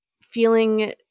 feeling